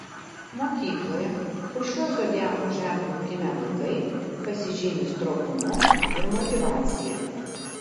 mokykloje po šiuo zodiako ženklu gimę vaikai pasižymi stropumu ir motyvacija